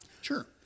Sure